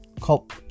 cop